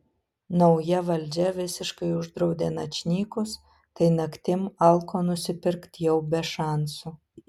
nauja valdžia visiškai uždraudė načnykus tai naktim alko nusipirkt jau be šansų